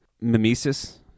mimesis